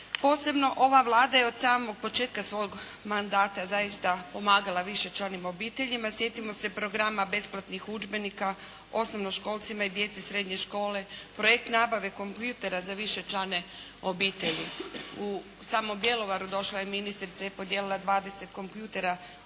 Posebno ova Vlada je od samog početka svojeg mandata zaista pomagala višečlanim obiteljima. Sjetimo se Programa besplatnih udžbenika osnovnoškolcima i djeci srednje škole, Projekt nabave kompjutora za višečlane obitelji. U samom Bjelovaru došla je ministrica i podijelila dvadeset kompjutera obiteljima